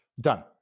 done